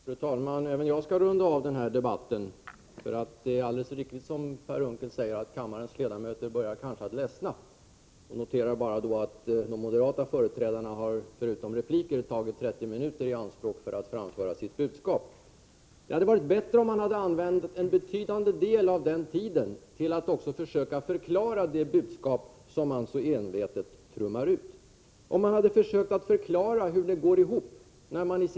Fru talman! Även jag skall runda av den här debatten. Som Per Unckel alldeles riktigt säger börjar kanske kammarens ledamöter att ledsna. Jag noterar bara att de moderata företrädarna, bortsett från repliker, har tagit 30 minuter i anspråk för att framföra sitt budskap. Det hade varit bättre om man hade använt en betydande del av den tiden till att också försöka förklara det budskap som man så envetet trummar ut. Det hade varit bra om man hade försökt att förklara hur de olika uttalandena går ihop.